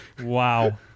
Wow